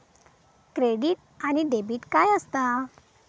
Credit आणि debit काय असता?